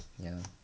ya